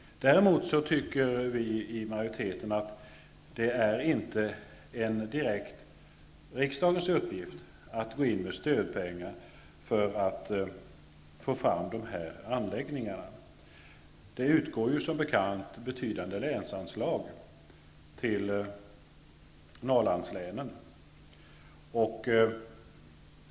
Däremot tycker vi i majoriteten att det inte är en direkt uppgift för riksdagen att gå in med stödpengar för att få fram slakterianläggningar. Det utgår som bekant betydande länsanlag till Norrlandslänen.